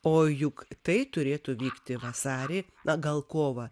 o juk tai turėtų vykti vasarį na gal kovą